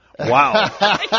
Wow